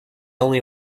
only